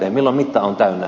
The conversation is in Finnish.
milloin mitta on täynnä